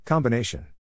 Combination